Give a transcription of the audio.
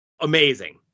amazing